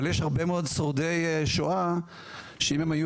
אבל יש הרבה מאוד שורדי שואה שאם היו